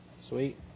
Sweet